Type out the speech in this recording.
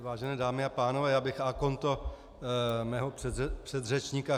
Vážené dámy a pánové, já bych a konto mého předřečníka.